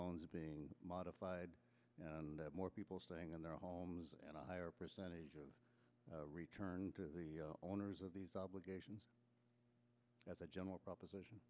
loans being modified more people staying in their homes and a higher percentage of return to the owners of these obligations as a general proposition